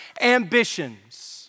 ambitions